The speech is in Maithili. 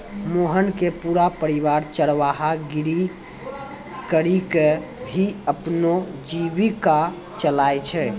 मोहन के पूरा परिवार चरवाहा गिरी करीकॅ ही अपनो जीविका चलाय छै